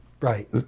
Right